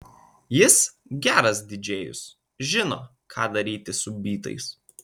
jis geras didžėjus žino ką daryti su bytais